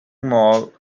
mall